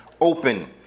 open